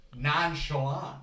nonchalant